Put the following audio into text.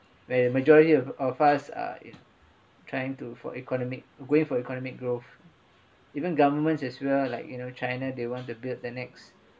where majority of of us are if trying to for economic way for economic growth even governments as well like you know china they want to build the next